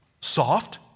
soft